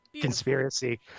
conspiracy